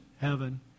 Heaven